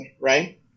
right